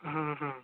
ఆహ సరే అండి